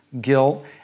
guilt